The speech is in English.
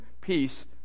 peace